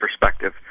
perspective